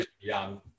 young